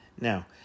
Now